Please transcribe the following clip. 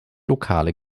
lokale